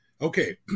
okay